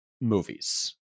movies